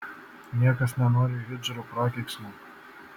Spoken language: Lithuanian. niekas nenori hidžrų prakeiksmo